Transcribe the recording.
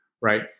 right